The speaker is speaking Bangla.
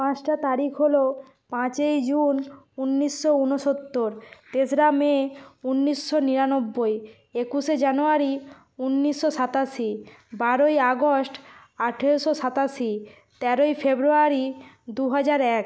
পাঁচটা তারিখ হলো পাঁচই জুন উন্নিশশো উনসত্তর তেসরা মে উন্নিশশো নিরানব্বই একুশে জানুয়ারি উন্নিশশো সাতাশি বারোই আগস্ট আঠেরোশো সাতাশি তেরোই ফেব্রুয়ারি দু হাজার এক